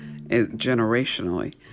generationally